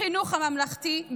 בחינוך הממלכתי,